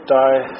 die